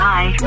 Bye